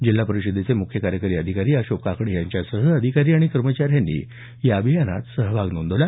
जिल्हा परिषदेचे मुख्य कार्यकारी अधिकारी अशोक काकडे यांच्यासह अधिकारी कर्मचाऱ्यांनी या अभियानात सहभाग नोंदवला